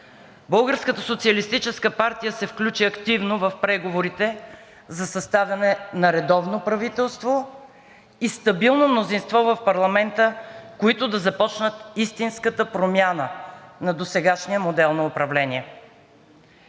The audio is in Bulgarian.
Българската социалистическа партия се включи активно в преговорите за съставяне на редовно правителство и стабилно мнозинство в парламента, които да започнат истинската промяна на досегашния модел на управление.